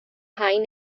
haen